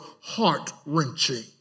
heart-wrenching